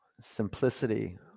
simplicity